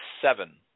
seven